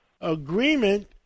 agreement